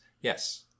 yes